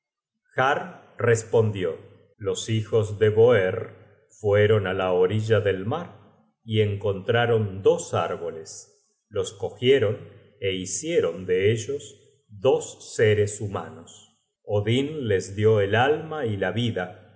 respondió los hijos de boerr fueron á la orilla del mar y encontraron dos árboles los cogieron é hicieron de ellos dos seres humanos odin les dió el alma y la vida